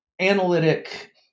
analytic